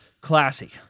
Classy